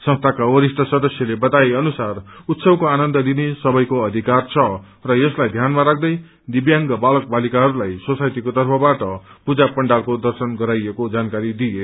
संस्थाका वरिष्ठ सदस्यले बताए अनुसार उत्सवको आनन्द लिने सबैको अधिकार छ र यसलाई ध्यानमा राख्दै दिब्यांग बालक बालिकाहरूलाई सोसाइटीको तर्फबाट पूजा पण्डालरूको दर्शन गराइएको जानकारी दिए